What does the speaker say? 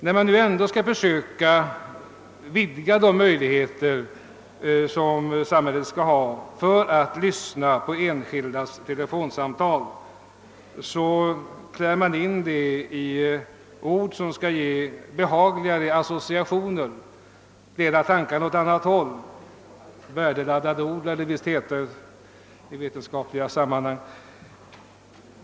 När man skall försöka vidga samhällets möjligheter att lyssna på enskildas telefonsamtal väljer man ord som skall ge behagliga associationer och leda tankarna åt annat håll — värdeladdade ord lär det visst heta i vetenskapliga sammanhang.